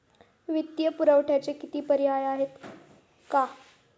वित्तीय पुरवठ्याचे किती पर्याय आहेत का?